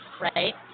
right